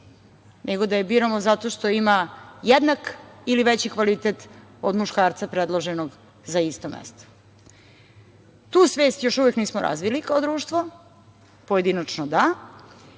nego da je biramo zato što ima jednak ili veći kvalitet od muškarca predloženog za ista mesta. Tu svest još uvek nismo razvili kao društvo, pojedinačno da.